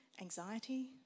anxiety